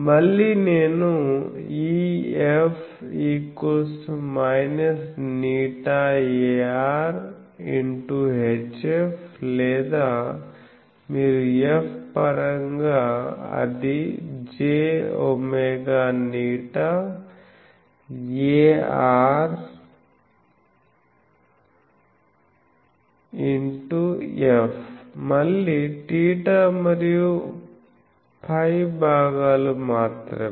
మళ్ళీ నేను EF η ar xHF లేదా మీరు F పరంగా అది j wη ar x F మళ్ళీ θ మరియు φ భాగాలు మాత్రమే